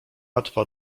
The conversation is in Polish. łatwa